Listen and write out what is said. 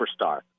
superstar